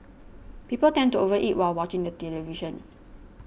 people tend to over eat while watching the television